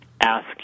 ask